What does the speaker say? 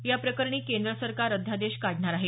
या प्रकरणी केंद्र सरकार अध्यादेश काढणार आहे